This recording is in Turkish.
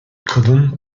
kadın